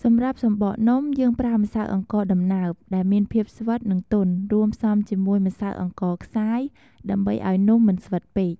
សម្រាប់ សំបកនំ យើងប្រើម្សៅអង្ករដំណើប ដែលមានភាពស្វិត និងទន់ រួមផ្សំជាមួយ ម្សៅអង្ករខ្សាយ ដើម្បីឲ្យនំមិនស្វិតពេក។